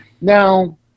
Now